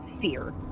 fear